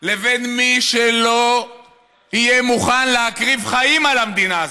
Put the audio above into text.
לבין מי שלא יהיה מוכן להקריב חיים על המדינה הזאת.